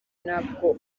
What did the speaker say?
ntabwo